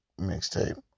mixtape